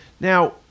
now